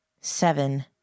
Seven